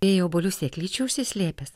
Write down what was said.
ėjo obuolių sėklyčių užsislėpęs